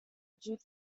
due